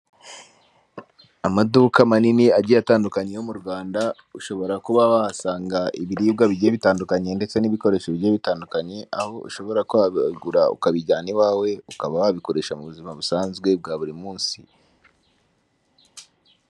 Amaduka manini agiye atandukanye yo mu Rwanda ushobora kuba wahasanga ibiribwa bigiye bitandukanye ndetse n'ibikoresho bijyiye bitandukanye. Aho ushobora kwagura ukabijyana iwawe, ukaba wabikoresha mu buzima busanzwe bwa buri munsi.